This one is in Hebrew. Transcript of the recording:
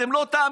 אתם לא תאמינו.